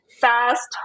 fast